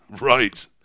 Right